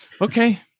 okay